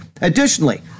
Additionally